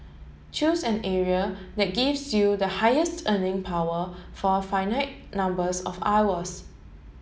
choose an area that gives you the highest earning power for a finite numbers of hours